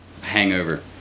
hangover